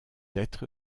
être